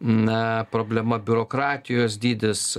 na problema biurokratijos dydis